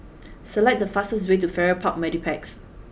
select the fastest way to Farrer Park Mediplex